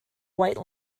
white